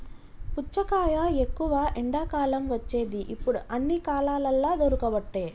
పుచ్చకాయ ఎక్కువ ఎండాకాలం వచ్చేది ఇప్పుడు అన్ని కాలాలల్ల దొరుకబట్టె